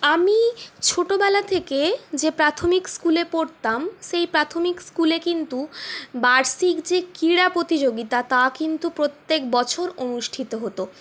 আমি ছোটবেলা থেকে যে প্রাথমিক স্কুলে পড়তাম সেই প্রাথমিক স্কুলে কিন্তু বার্ষিক যে ক্রীড়া প্রতিযোগিতা তা কিন্তু প্রত্যেক বছর অনুষ্ঠিত হত